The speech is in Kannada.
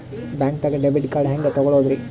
ಬ್ಯಾಂಕ್ದಾಗ ಡೆಬಿಟ್ ಕಾರ್ಡ್ ಹೆಂಗ್ ತಗೊಳದ್ರಿ?